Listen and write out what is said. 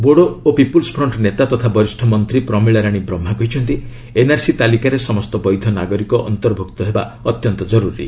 ବୋଡୋ ଓ people's front ନେତା ତଥା ବରିଷ ମନ୍ତ୍ରୀ ପ୍ରମିଳା ରାଣୀ ବ୍ରହ୍ମା କହିଛନ୍ତି ଏନ୍ଆର୍ସି ତାଲିକାରେ ସମସ୍ତ ବୈଧ ନାଗରିକ ଅର୍ନ୍ତଭୁକ୍ତ ହେବା ଅତ୍ୟନ୍ତ କରୁରୀ